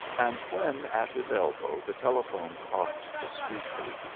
and when at his elbow the telephone coughed discreetly,